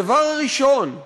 הדבר הראשון,